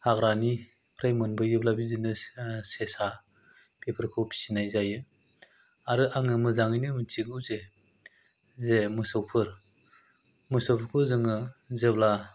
हाग्रानिफ्राय मोनबोयोब्ला बिदिनो सा सेसा बेफोरखौ फिसिनाय जायो आरो आङो मोजाङैनो मिथिगौ जे जे मोसौफोर मोसौफोरखौ जोङो जेब्ला